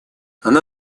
она